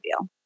deal